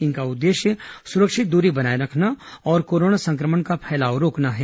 इनका उद्देश्य सुरक्षित दूरी बनाए रखना और कोरोना संक्रमण का फैलाव रोकना है